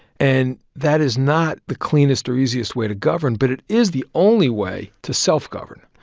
and that is not the cleanest or easiest way to govern, but it is the only way to self-govern.